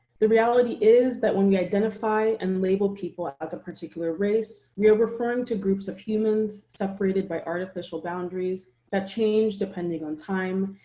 the reality is that when we identify and label people as a particular race, we are referring to groups of humans separated by artificial boundaries that change depending on time,